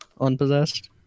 unpossessed